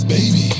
Baby